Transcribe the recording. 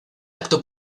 acto